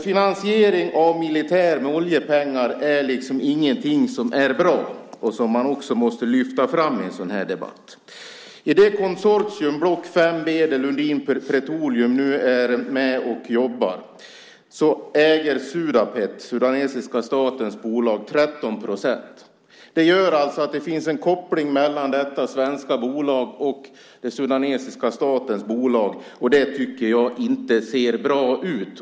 Finansiering med oljepengar av militär är inte bra. Det måste man också lyfta fram i en sådan här debatt. I det konsortium, Block 5 B, där Lundin Petroleum nu är med och jobbar äger Sudapet, den sudanesiska statens bolag, 13 procent. Det gör alltså att det finns en koppling mellan detta svenska bolag och den sudanesiska statens bolag. Det tycker jag inte ser bra ut.